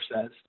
says